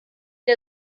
der